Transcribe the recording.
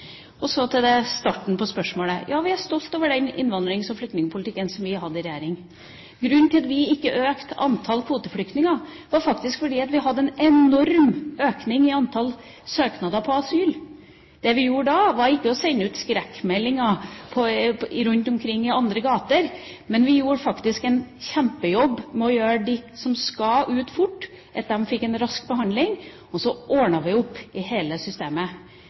Og så til starten på spørsmålet. Ja, vi er stolte over den innvandrings- og flyktningpolitikken som vi hadde i regjering. Grunnen til at vi ikke økte antallet kvoteflyktninger, var faktisk at vi hadde en enorm økning i antall asylsøknader. Det vi gjorde da, var ikke å sende ut skrekkmeldinger rundt omkring i andre gater, men vi gjorde faktisk en kjempejobb for at de som skulle fort ut, fikk en rask behandling, og så ordnet vi opp i hele systemet.